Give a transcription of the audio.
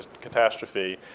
Catastrophe